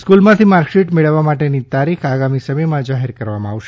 સ્ફૂલમાંથી marksheet મેળવવા માટેની તારીખ આગામી સમયમાં જાહેર કરવામાં આવશે